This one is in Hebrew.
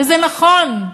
וזה נכון,